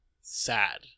sad